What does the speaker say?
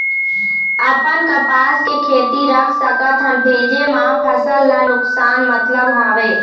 अपन कपास के खेती रख सकत हन भेजे मा फसल ला नुकसान मतलब हावे?